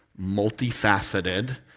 multifaceted